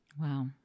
Wow